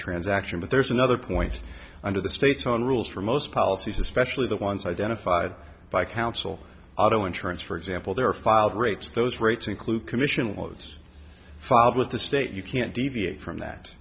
transaction but there's another point under the state's own rules for most policies especially the ones identified by council auto insurance for example there are filed rates those rates include commission was filed with the state you can't deviate from that